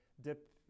dip